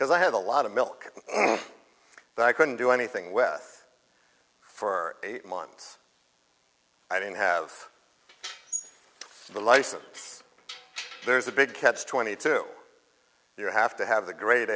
because i had a lot of milk but i couldn't do anything with for eight months i didn't have the license there's a big catch twenty two you have to have the great